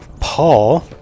Paul